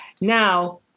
now